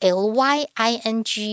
lying